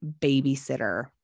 babysitter